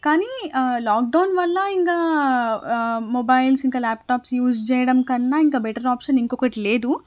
కానీ లాక్డౌన్ వల్ల ఇంకా మొబైల్స్ ఇంకా ల్యాప్టాప్స్ యూజ్ చేయడం కన్నా ఇంకా బెటర్ ఆప్షన్ ఇంకొకటి లేదు